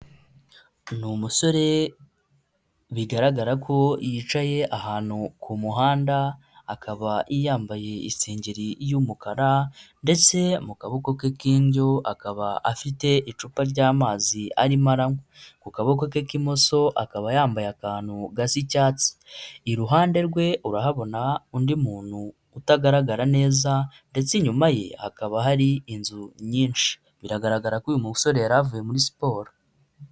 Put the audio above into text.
Ni umusore bigaragara ko yicaye ahantu ku muhanda, akaba yambaye isengeri y'umukara ndetse mu kaboke ke k'indyo akaba afite icupa ry'amazi arimo aranywa, ku kaboko ke k'imoso akaba yambaye akantu gasa icyatsi, iruhande rwe urahabona undi muntu utagaragara neza ndetse inyuma ye hakaba hari inzu nyinshi, biragaragara ko uyu musore yaravuye muri siporo.